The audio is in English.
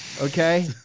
Okay